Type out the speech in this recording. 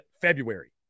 February